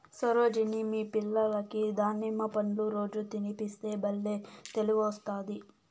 సరోజిని మీ పిల్లలకి దానిమ్మ పండ్లు రోజూ తినిపిస్తే బల్లే తెలివొస్తాది